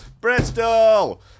bristol